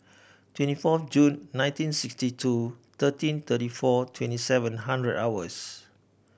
twenty four Jul nineteen sixty two thirteen thirty four twenty seven hundred hours